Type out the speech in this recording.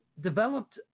developed